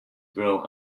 grow